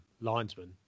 linesman